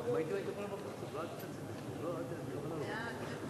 ההצעה להפוך את הצעת חוק לתיקון פקודת סדר הדין הפלילי (מעצר וחיפוש)